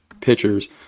pitchers